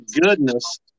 goodness